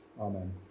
Amen